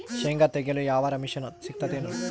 ಶೇಂಗಾ ತೆಗೆಯಲು ಯಾವರ ಮಷಿನ್ ಸಿಗತೆದೇನು?